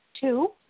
Two